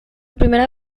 primera